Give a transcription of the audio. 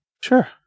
sure